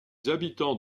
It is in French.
habitants